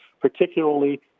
Particularly